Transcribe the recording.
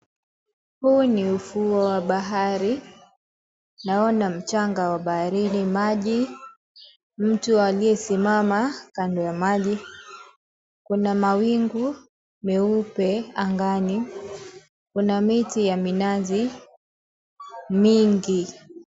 Huu ni ufuo wa bahari. Naona mchanga wa baharini, maji, na mtu aliyesimama kando ya maji. Kuna mawingu meupe angani, na kuna miti ya minazi mingi.